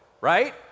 right